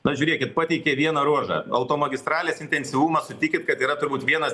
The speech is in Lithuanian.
na žiūrėkit pateikė vieną ruožą automagistralės intensyvumas sutikit kad yra turbūt vienas